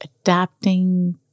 adapting